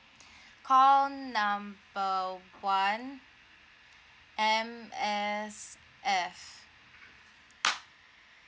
call number one M_S_F